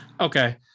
okay